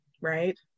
right